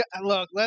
Look